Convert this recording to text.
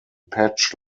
patch